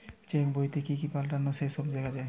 check বইতে কি কি পাল্টালো সে সব দেখা যায়